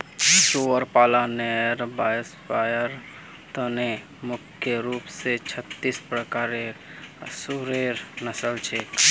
सुअर पालनेर व्यवसायर त न मुख्य रूप स छत्तीस प्रकारेर सुअरेर नस्ल छेक